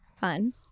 Fun